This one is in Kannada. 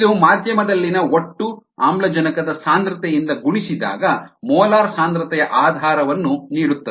ಇದು ಮಾಧ್ಯಮದಲ್ಲಿನ ಒಟ್ಟು ಆಮ್ಲಜನಕದ ಸಾಂದ್ರತೆಯಿಂದ ಗುಣಿಸಿದಾಗ ಮೋಲಾರ್ ಸಾಂದ್ರತೆಯ ಆಧಾರವನ್ನು ನೀಡುತ್ತದೆ